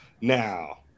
now